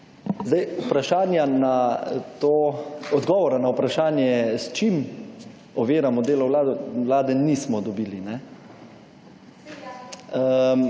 Zdaj, vprašanja na to, odgovora na vprašanje s čim oviramo delo vlade nismo dobili.